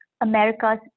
America's